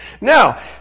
now